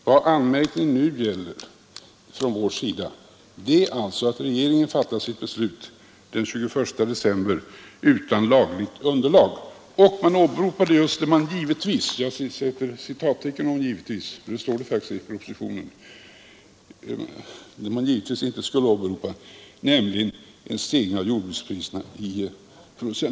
Vad vår anmärkning nu gäller är att regeringen fattade sitt beslut den 21 december utan lagligt underlag. Och man åberopade därvid stegringen av jordbrukspriserna i producentledet, trots att det i propositionen står att detta skäl icke kan åberopas som grund för en tillämpning av prisregleringslagen.